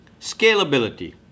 Scalability